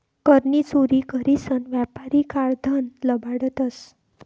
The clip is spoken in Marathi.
कर नी चोरी करीसन यापारी काळं धन लपाडतंस